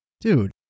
dude